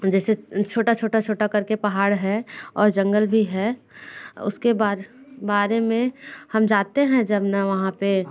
जैसे छोटा छोटा छोटा कर के पहाड़ है और जंगल भी है उसके बाद बारे में हम जाते हैं जब ना वहाँ पर